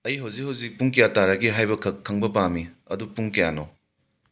ꯑꯩ ꯍꯧꯖꯤꯛ ꯍꯧꯖꯤꯛ ꯄꯨꯡ ꯀꯌꯥ ꯇꯥꯔꯕꯒꯦ ꯍꯥꯏꯕ ꯑꯗꯨꯈꯛ ꯈꯪꯕ ꯄꯥꯝꯃꯤ ꯑꯗꯨ ꯄꯨꯡ ꯀꯌꯥꯅꯣ